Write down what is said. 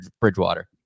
Bridgewater